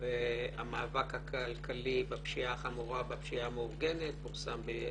והמאבק הכלכלי בפשיעה החמורה והפשיעה המאורגנת שפורסם ב-2016.